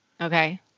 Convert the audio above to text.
Okay